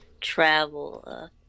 travel